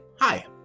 Hi